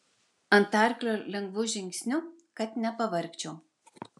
ant arklio lengvu žingsniu kad nepavargčiau